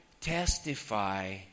testify